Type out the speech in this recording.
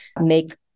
make